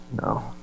no